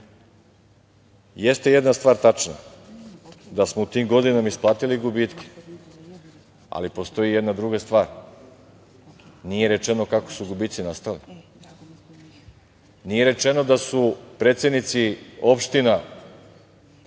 Jeste jedna stvar tačna - da smo u tim godinama isplatili gubitke. Ali, postoji jedna druga stvar, nije rečeno kako su gubici nastali, nije rečeno da su predsednici opština